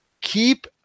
Keep